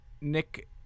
Nick